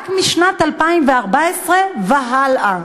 רק משנת 2014 והלאה.